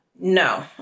no